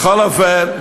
בכל אופן,